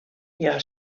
hja